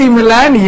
Milan